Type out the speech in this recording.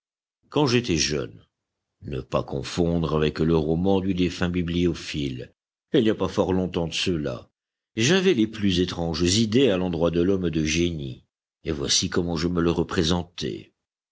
il n'y a pas fort longtemps de cela j'avais les plus étranges idées à l'endroit de l'homme de génie et voici comment je me le représentais